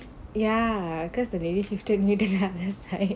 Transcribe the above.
ya because the navy shifting he didn't have hair